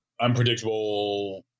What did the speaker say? unpredictable